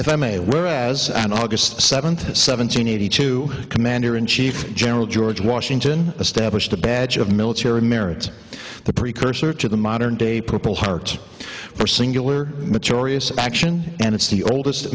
if i may where as an august seventh seventeen eighty two commander in chief general george washington established a badge of military merit the precursor to the modern day purple heart for singular mature action and it's the oldest